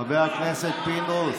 חבר הכנסת פינדרוס.